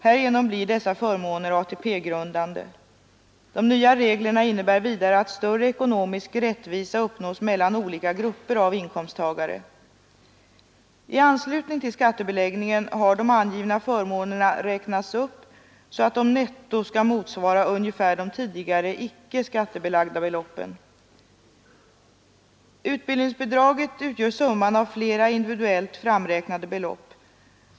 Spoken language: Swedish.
Härigenom blir dessa förmåner ATP-grundande. De nya reglerna innebär vidare att större ekonomisk rättvisa uppnås mellan olika grupper av inkomsttagare. I anslutning till skattebeläggningen har de angivna förmånerna räknats upp så att de netto skall motsvara ungefär de tidigare icke skattebelagda beloppen. Utbildningsbidraget utgör summan av flera individuellt framräknade belopp.